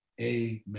amen